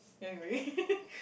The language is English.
anyway